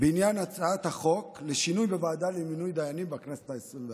בעניין הצעת החוק לשינוי בוועדה למינוי דיינים בכנסת העשרים-וארבע.